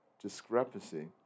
discrepancy